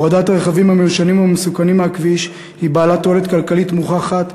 הורדת הרכבים המיושנים והמסוכנים מהכביש היא בעלת תועלת כלכלית מוכחת,